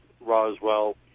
Roswell